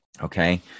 okay